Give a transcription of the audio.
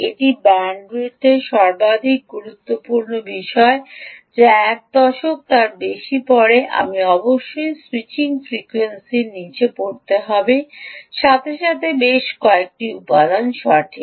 এটি ব্যান্ডউইথের সর্বাধিক গুরুত্বপূর্ণ বিষয়টি হল প্রায় এক দশক বা তার বেশি পরে আমি অবশ্যই সুইচিং ফ্রিকোয়েন্সি এর নীচে পড়তে হবে সাথে সাথে বেশ কয়েকটি উপাদান সঠিক